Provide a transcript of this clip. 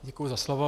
Děkuju za slovo.